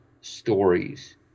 stories